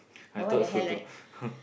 I thought so too